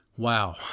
Wow